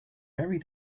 very